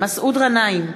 מסעוד גנאים,